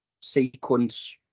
sequence